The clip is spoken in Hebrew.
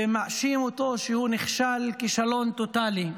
ומאשים אותו שהוא נכשל כישלון טוטלי.